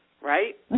right